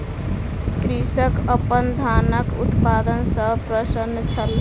कृषक अपन धानक उत्पादन सॅ प्रसन्न छल